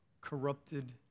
corrupted